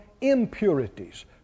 impurities